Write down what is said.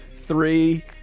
Three